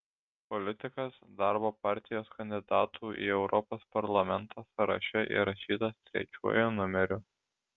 politikas darbo partijos kandidatų į europos parlamentą sąraše įrašytas trečiuoju numeriu